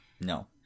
No